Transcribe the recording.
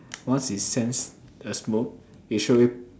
once it sense a smoke it straightaway